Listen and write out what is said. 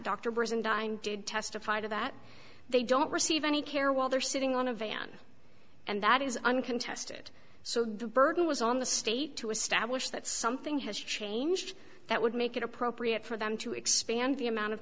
brzezinski did testify to that they don't receive any care while they're sitting on a van and that is uncontested so the burden was on the state to establish that something has changed that would make it appropriate for them to expand the amount of